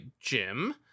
Jim